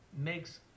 makes